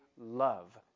love